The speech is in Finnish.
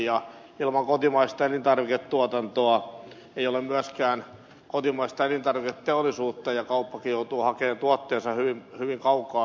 ja ilman kotimaista elintarviketuotantoa ei ole myöskään kotimaista elintarviketeollisuutta ja kauppakin joutuu hakemaan tuotteensa hyvin kaukaa